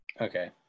Okay